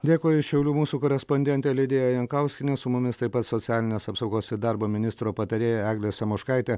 dėkoju šiaulių mūsų korespondentė lidija jankauskienė su mumis taip pat socialinės apsaugos ir darbo ministro patarėja eglė samoškaitė